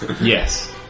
Yes